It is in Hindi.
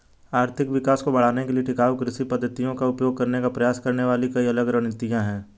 आर्थिक विकास को बढ़ाने के लिए टिकाऊ कृषि पद्धतियों का उपयोग करने का प्रयास करने वाली कई अलग रणनीतियां हैं